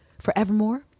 forevermore